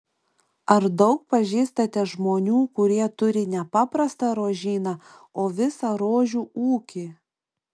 ar daug pažįstate žmonių kurie turi ne paprastą rožyną o visą rožių ūkį